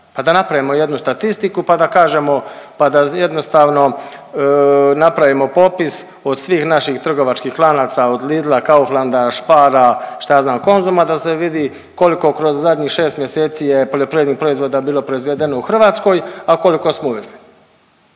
pa da napravimo jednu statistiku pa da kažemo, pa da jednostavno napravimo popis od svih naših trgovačkih lanaca, od Lidla, Kauflanda, Spara, šta ja znam Konzuma da se vidi koliko kroz zadnjih 6 mjeseci je poljoprivrednih proizvoda bilo proizvedeno u Hrvatskoj, a koliko smo uvezli.